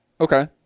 Okay